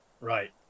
Right